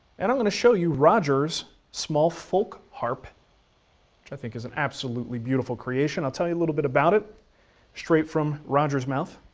and i'm gonna show you roger's small folk harp which i think is an absolutely beautiful creation. i'll tell ya a little bit about it straight from roger's mouth.